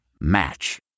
Match